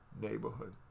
neighborhood